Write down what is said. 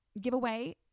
giveaway